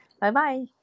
bye-bye